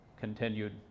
continued